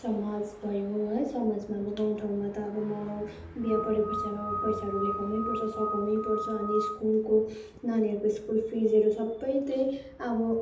समाज भयो है समाजमा अब गाउँ ठाउँमा त अब मरौ बिहा परेको छ पैसाहरू लेखाउनै पर्छ सकाउनै पर्छ अनि स्कुलको नानीहरूको स्कुल फिजहरू सबै त्यही अब